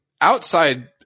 outside